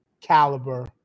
caliber